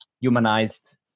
humanized